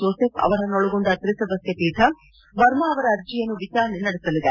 Joseph ಅವರನ್ನೊಳಗೊಂಡ ತ್ರಿಸದಸ್ಯ ಪೀಠ ವರ್ಮ ಅವರ ಅರ್ಜಿಯನ್ನು ವಿಚಾರಣೆ ನಡೆಸಲಿದೆ